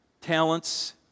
talents